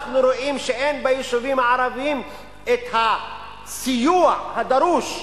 אנחנו רואים שאין ביישובים הערביים הסיוע הדרוש,